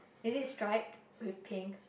is it stripe with pink